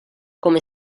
come